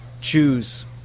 choose